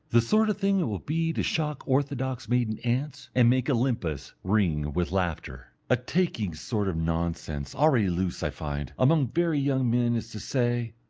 the sort of thing it will be to shock orthodox maiden aunts and make olympus ring with laughter. a taking sort of nonsense already loose, i find, among very young men is to say,